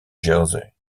jersey